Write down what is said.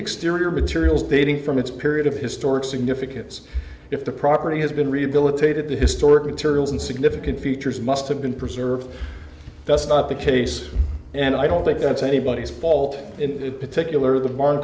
exterior materials dating from its period of historic significance if the property has been rehabilitated the historic materials and significant features must have been preserved that's not the case and i don't think that's anybody's fault in particular the bar